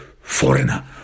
foreigner